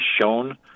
shown